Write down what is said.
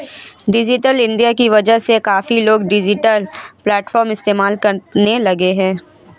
digital India की वजह से काफी लोग डिजिटल प्लेटफ़ॉर्म इस्तेमाल करने लगे हैं